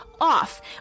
off